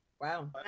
Wow